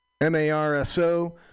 M-A-R-S-O